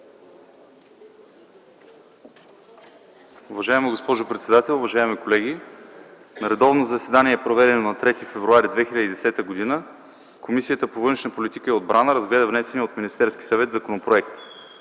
Уважаема госпожо председател, уважаеми колеги! „На редовно заседание, проведено на 13 януари 2010 г, Комисията по външна политика и отбрана разгледа внесения от Министерския съвет законопроект.